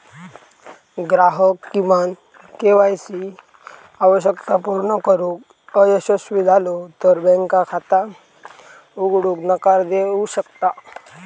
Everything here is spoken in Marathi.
ग्राहक किमान के.वाय सी आवश्यकता पूर्ण करुक अयशस्वी झालो तर बँक खाता उघडूक नकार देऊ शकता